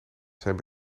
zijn